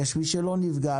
יש מי שלא נפגע,